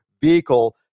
vehicle